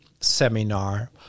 seminar